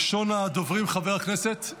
ראשון הדוברים הוא חבר הכנסת